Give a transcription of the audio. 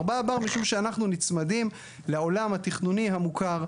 4 בר, משום שאנחנו נצמדים לעולם התכנוני המוכר.